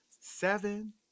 Seven